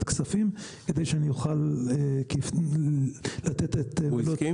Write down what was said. הכספים כדי שאני אוכל --- והוא הסכים?